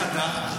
איך אתה?